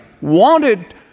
wanted